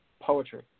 poetry